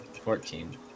Fourteen